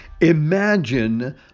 imagine